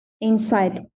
inside